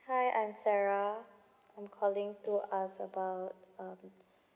hi I'm sarah I'm calling to ask about um